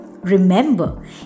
remember